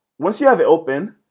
once you have it open,